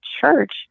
church